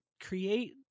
create